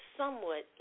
somewhat